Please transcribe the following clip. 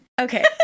Okay